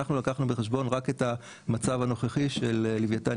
אנחנו לקחנו בחשבון רק את המצב הנוכחי של לוויתן